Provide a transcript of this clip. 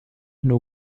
nur